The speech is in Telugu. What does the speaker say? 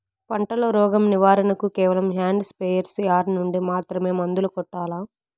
పంట లో, రోగం నివారణ కు కేవలం హ్యాండ్ స్ప్రేయార్ యార్ నుండి మాత్రమే మందులు కొట్టల్లా?